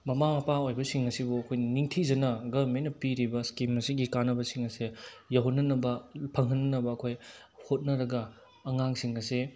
ꯃꯃꯥ ꯃꯄꯥ ꯑꯣꯏꯕꯁꯤꯡ ꯑꯁꯤꯕꯨ ꯑꯩꯈꯣꯏꯅ ꯅꯤꯡꯊꯤꯖꯅ ꯒꯔꯃꯦꯟꯅ ꯄꯤꯔꯤꯕ ꯏꯁꯀꯤꯝ ꯑꯁꯤꯒꯤ ꯀꯥꯟꯅꯕꯁꯤꯡ ꯑꯁꯦ ꯌꯧꯍꯟꯅꯅꯕ ꯐꯪꯍꯟꯅꯅꯕ ꯑꯩꯈꯣꯏ ꯍꯣꯠꯅꯔꯒ ꯑꯉꯥꯡꯁꯤꯡ ꯑꯁꯦ